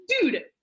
Dude